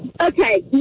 Okay